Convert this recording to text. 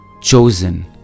chosen